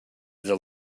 the